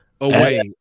away